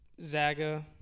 Zaga